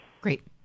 Great